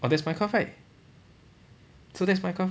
oh that's minecraft right so that's minecraft